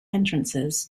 entrances